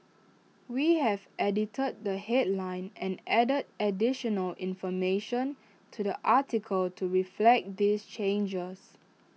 we have edited the headline and added additional information to the article to reflect these changes